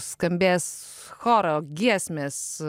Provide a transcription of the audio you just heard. skambės choro giesmės